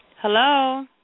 Hello